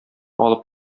алып